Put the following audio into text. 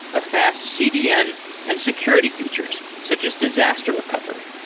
a fast cdn and security features, such as disaster recovery.